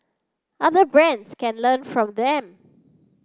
other brands can learn from them